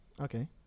Okay